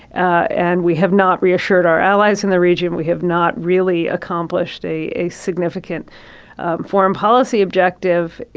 and we have not reassured our allies in the region. we have not really accomplished a a significant foreign policy objective.